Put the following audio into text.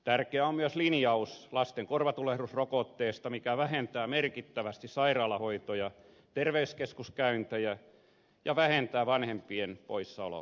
tärkeä on myös lasten korvatulehdusrokotetta koskeva linjaus joka vähentää merkittävästi sairaalahoitoja terveyskeskuskäyntejä ja vanhempien poissaolopäiviä